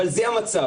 אבל זה המצב.